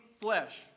flesh